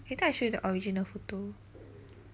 later I show you the original photo